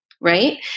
right